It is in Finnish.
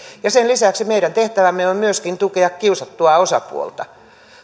sen lisäksi meidän tehtävämme on myöskin tukea kiusattua osapuolta